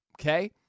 okay